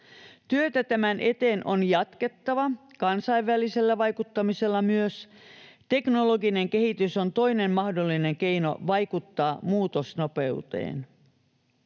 Työtä tämän eteen on jatkettava myös kansainvälisellä vaikuttamisella. Teknologinen kehitys on toinen mahdollinen keino vaikuttaa muutosnopeuteen.